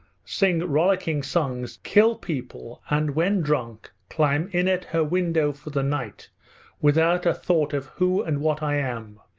sing rollicking songs, kill people, and when drunk climb in at her window for the night without a thought of who and what i am,